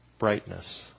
brightness